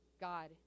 God